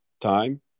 time